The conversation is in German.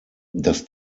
das